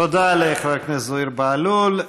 תודה לחבר הכנסת זוהיר בהלול.